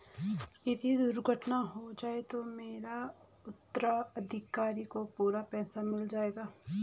यदि दुर्घटना हो जाये तो मेरे उत्तराधिकारी को पूरा पैसा मिल जाएगा?